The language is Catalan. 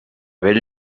vell